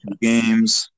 Games